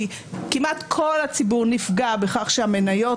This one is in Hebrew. כי כמעט כל הציבור נפגע בכך שהמניות